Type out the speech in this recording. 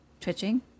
twitching